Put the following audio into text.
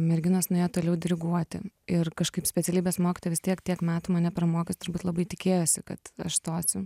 merginos nuėjo toliau diriguoti ir kažkaip specialybės mokytoja vis tiek tiek metų mane pramokius turbūt labai tikėjosi kad aš stosiu